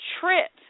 trip